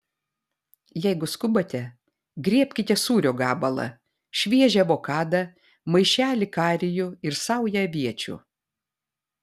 jeigu skubate griebkite sūrio gabalą šviežią avokadą maišelį karijų ir saują aviečių